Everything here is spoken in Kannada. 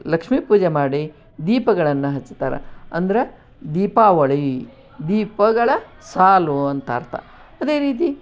ಲಕ್ಷ್ಮೀ ಪೂಜೆ ಮಾಡಿ ದೀಪಗಳನ್ನು ಹಚ್ತಾರೆ ಅಂದ್ರೆ ದೀಪಾವಳಿ ದೀಪಗಳ ಸಾಲು ಅಂತ ಅರ್ಥ ಅದೇ ರೀತಿ